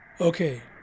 Okay